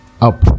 up